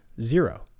zero